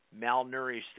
malnourished